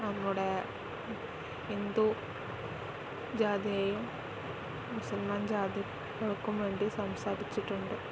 നമ്മുടെ ഹിന്ദു ജാതിയെയും മുസൽമാൻ ജാതികൾക്കും വേണ്ടി സംസാരിച്ചിട്ടുണ്ട്